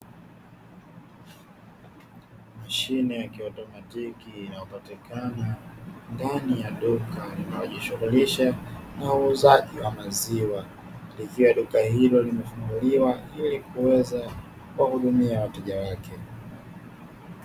Mashine ya kiautomatiki inayepatikana ndani ya duka linalojishughulisha na uuzaji wa maziwa, likiwa duka hilo limefunguliwa ili kuweza kuwahudumia wateja wake.